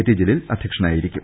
T Jaleel അധ്യ ക്ഷനായിരിക്കും